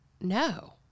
No